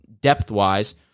depth-wise